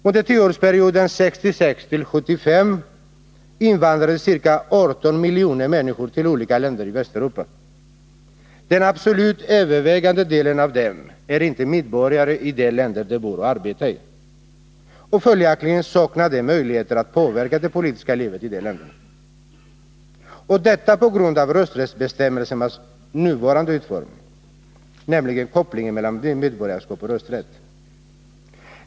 Under tioårsperioden 1966-1975 invandrade ca 18 miljoner människor till olika länder i Västeuropa. Den absolut övervägande delen av dem är inte medborgare i de länder de bor och arbetar i. Följaktligen saknar möjligheter att påverka det politiska livet i de länderna. Orsaken till detta är rösträttsbestämmelsernas nuvarande utformning, nämligen kopplingen mellan medborgarskap och rösträtt.